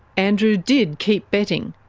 andrew did keep betting.